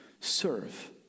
serve